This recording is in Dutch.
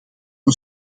een